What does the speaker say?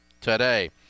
today